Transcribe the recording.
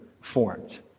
formed